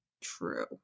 true